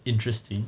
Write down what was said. interesting